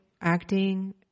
acting